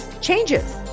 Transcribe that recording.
changes